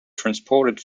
transported